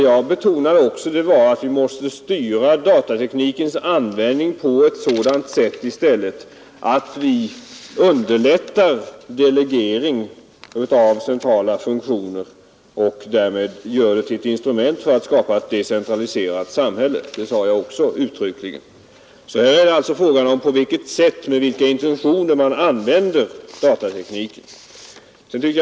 Jag betonade att vi måste styra datateknikens användning på ett sådant sätt, att vi i stället underlättar delegering av centrala funktioner. Därmed åstadkommer vi ett instrument för att skapa ett decentraliserat samhälle. Det förklarade jag uttryckligen. Här är det alltså fråga om på vilket sätt och med vilka intentioner man använder datatekniken.